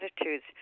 attitudes